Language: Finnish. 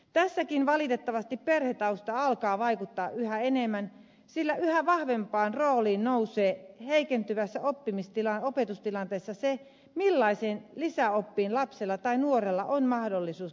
tässäkin valitettavasti perhetausta alkaa vaikuttaa yhä enemmän sillä yhä vahvempaan rooliin nousee heikentyvässä opetustilanteessa se millaiseen lisäoppiin lapsella tai nuorella on mahdollisuus koulun ulkopuolella